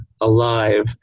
alive